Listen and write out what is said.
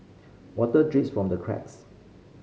water drips from the cracks